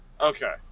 Okay